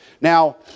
Now